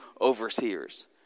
overseers